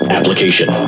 Application